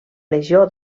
legió